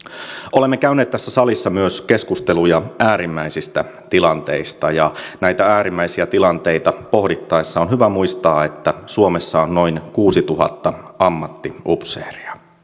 olemme käyneet tässä salissa myös keskusteluja äärimmäisistä tilanteista ja näitä äärimmäisiä tilanteita pohdittaessa on hyvä muistaa että suomessa on noin kuusituhatta ammattiupseeria